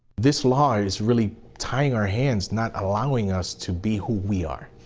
this law is really tying our hands, not allowing us to be who we are.